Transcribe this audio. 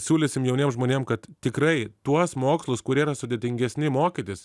siūlysim jauniem žmonėm kad tikrai tuos mokslus kurie yra sudėtingesni mokytis